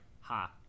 ha